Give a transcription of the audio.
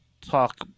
talk